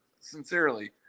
sincerely